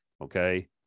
Okay